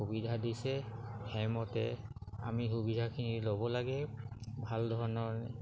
সুবিধা দিছে সেইমতে আমি সুবিধাখিনি ল'ব লাগে ভাল ধৰণৰ